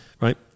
Right